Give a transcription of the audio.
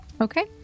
Okay